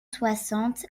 soixante